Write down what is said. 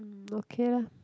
okay lah